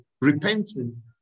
repenting